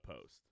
post